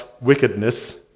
wickedness